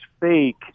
fake